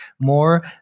more